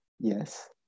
Yes